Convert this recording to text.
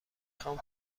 خوام